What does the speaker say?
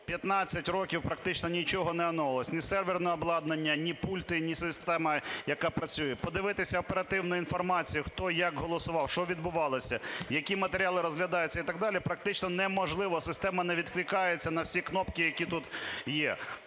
15 років практично нічого не оновлювалося – ні серверне обладнання, ні пульти, ні система, яка працює. Подивитися оперативну інформацію, хто як голосував, що відбувалося, які матеріали розглядаються і так далі практично неможливо, система не відкликається на всі кнопки, які тут є.